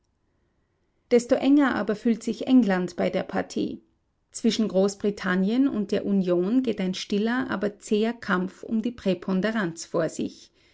desto enger aber fühlt sich england bei der partie zwischen großbritannien und der union geht ein stiller aber zäher kampf um die präponderanz vor sich